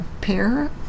pair